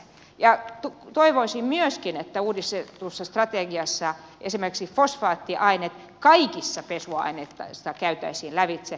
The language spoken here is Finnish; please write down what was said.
toivoisin myöskin että uudistetussa strategiassa esimerkiksi fosfaattiaineet kaikissa pesuaineissa käytäisiin lävitse